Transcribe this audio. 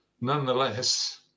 nonetheless